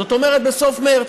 זאת אומרת בסוף מרס.